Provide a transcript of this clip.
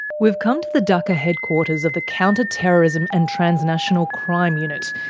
we've come to the dhaka headquarters of the counter terrorism and transnational crime unit,